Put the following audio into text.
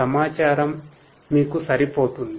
సమాచారం మీకు సరిపోతుంది